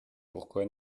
pourquoi